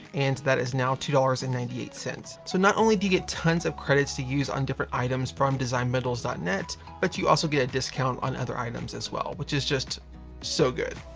and that is now two dollars and ninety eight cents. so not only do you get tons of credits to use on different items from designbundles net, but you also get a discount on other items as well, which is just so good.